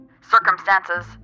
circumstances